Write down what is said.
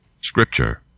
Scripture